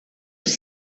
els